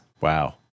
Wow